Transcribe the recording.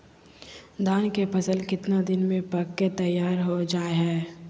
धान के फसल कितना दिन में पक के तैयार हो जा हाय?